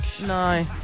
No